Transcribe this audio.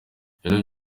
ibintu